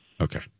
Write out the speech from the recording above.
Okay